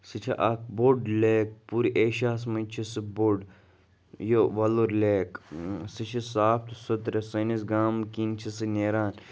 سُہ چھِ اَکھ بوٚڑ لیک پوٗرٕ ایشیا ہَس منٛز چھِ بوٚڑ یہِ وَلُر لیک سُہ چھِ صاف تہٕ سُتھرٕ سٲنِس گامکِنۍ چھِ سُہ نیران